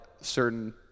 certain